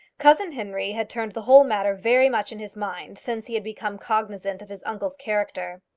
cousin henry had turned the whole matter very much in his mind since he had become cognizant of his uncle's character.